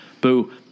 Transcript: Boo